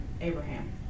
Abraham